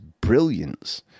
brilliance